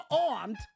armed